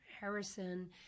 harrison